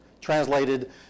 translated